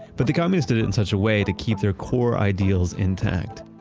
but the communists did it in such a way to keep their core ideals intact.